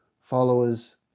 followers